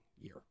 year